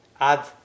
add